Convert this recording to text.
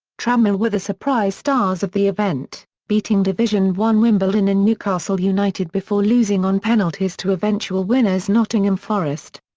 tranmere were the surprise stars of the event, beating division one wimbledon and newcastle united before losing on penalties to eventual winners nottingham forest.